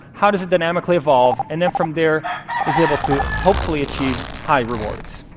how does it dynamically evolve, and then from there is able to, hopefully, achieve high rewards.